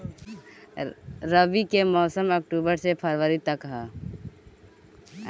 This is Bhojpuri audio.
रबी के मौसम अक्टूबर से फ़रवरी तक ह